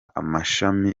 amashami